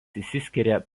išsiskiria